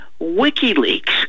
WikiLeaks